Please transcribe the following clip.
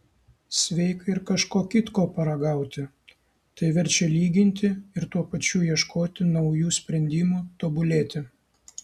sveika ir kažko kitko paragauti tai verčia lyginti ir tuo pačiu ieškoti naujų sprendimų tobulėti